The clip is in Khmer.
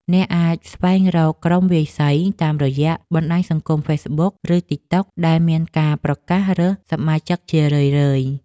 អ្នកអាចស្វែងរកក្រុមវាយសីតាមរយៈបណ្ដាញសង្គម ហ្វេសប៊ុក ឬទិកតុក ដែលមានការប្រកាសរើសសមាជិកជារឿយៗ។